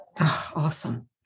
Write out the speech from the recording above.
Awesome